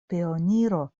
pioniro